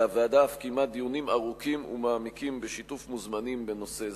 וועדת הכלכלה אף קיימה דיונים ארוכים ומעמיקים בשיתוף מוזמנים בנושא זה.